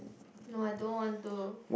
no I don't want to